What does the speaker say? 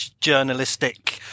journalistic